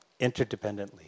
interdependently